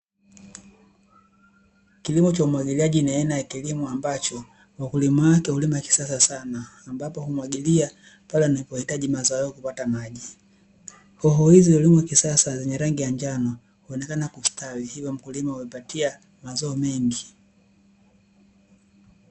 Kilimo cha umwagiliaji ni aina ya kilimo ambacho wakulima wake hulima kisasa sana , ambayo humwagilia pale anapohitaji mazao yake kupata maji. Hoho hizi hulimwa kisasa zenye rangi ya njano huonekena kustawi, hivyo mkulima amepatia mazao mengi.